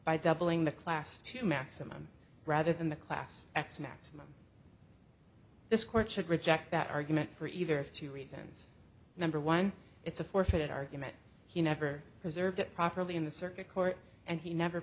by doubling the class to maximum rather than the class x maximum this court should reject that argument for either of two reasons number one it's a forfeit argument he never has served it properly in the circuit court and he never